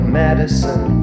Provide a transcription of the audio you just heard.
medicine